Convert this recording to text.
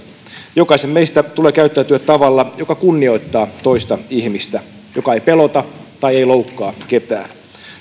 jokaisen meistä tulee käyttäytyä tavalla joka kunnioittaa toista ihmistä joka ei pelota tai loukkaa ketään